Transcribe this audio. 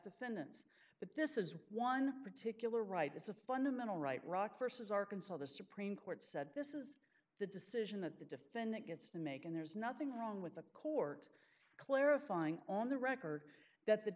defendants but this is one particular right it's a fundamental right rock st is arkansas the supreme court said this is the decision that the defendant gets to make and there's nothing wrong with the court clarifying on the record that the